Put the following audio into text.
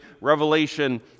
revelation